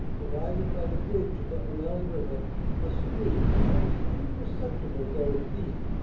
divided by the bridge of the honelle river a stream, almost imperceptible though it be,